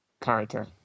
character